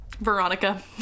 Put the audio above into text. veronica